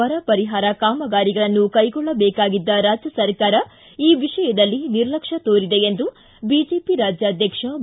ಬರ ಪರಿಹಾರ ಕಾಮಗಾರಿಗಳನ್ನು ಕೈಗೊಳ್ಳಬೇಕಾಗಿದ್ದ ರಾಜ್ಯ ಸರ್ಕಾರ ಈ ವಿಷಯದಲ್ಲಿ ನಿರ್ಲಕ್ಷ್ಯ ತೋರಿದೆ ಎಂದು ಬಿಜೆಪಿ ರಾಜ್ಯಾಧ್ಯಕ್ಷ ಬಿ